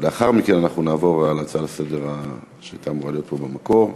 ולאחר מכן אנחנו נעבור להצעה לסדר-היום שהייתה אמורה להיות פה במקור.